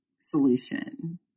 solution